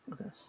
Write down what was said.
Okay